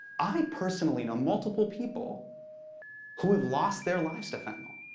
i personally know multiple people who have lost their lives to fentanyl.